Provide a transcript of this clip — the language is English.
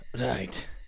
Right